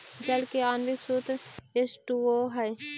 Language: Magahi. जल के आण्विक सूत्र एच टू ओ हई